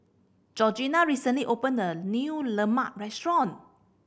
Georgina recently opened a new lemang restaurant